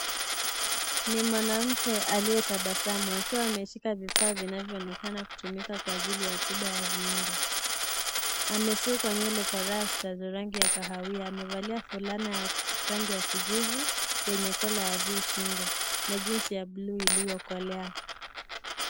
Ni mwanamke aliyetabasamu akiwa ameshika vifaa vinavyo onekana kutumika kwa ajili ya tiba ya viungo amesukwa nywele kwa rasta za rangi ya kahawia amevalia fulana ya rangi ya kijivu yenye kola ya v shingo na jeans ya bluu iliyokolea.